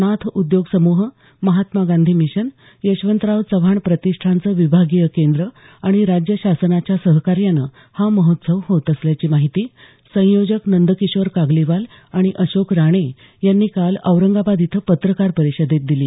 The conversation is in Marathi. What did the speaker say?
नाथ उद्योग समूह महात्मा गांधी मिशन यशवंतराव चव्हाण प्रतिष्ठानचं विभागीय केंद्र आणि राज्य शासनाच्या सहकार्यानं हा महोत्सव होत असल्याची माहिती संयोजक नंदकिशोर कागलीवाल आणि अशोक राणे यांनी काल औरंगाबाद इथं पत्रकार परिषदेत दिली